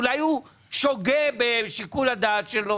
אולי הוא שוגה בשיקול הדעת שלו.